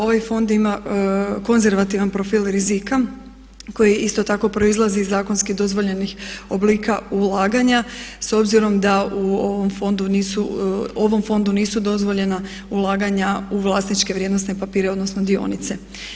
Ovaj fond ima konzervativan profil rizika koji isto tako proizlazi iz zakonski dozvoljenih oblika ulaganja s obzirom da u ovom fondu nisu dozvoljena u vlasničke vrijednosne papire odnosno dionice.